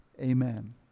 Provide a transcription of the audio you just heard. Amen